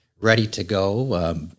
ready-to-go